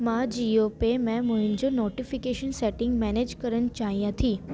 मां जीओ पे में मुंहिंजूं नोटिफिकेशन सेटिंग मैनेज करणु चाहियां थी